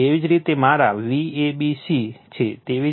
એવી જ રીતે મારા Vabc છે